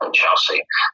Chelsea